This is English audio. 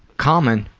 common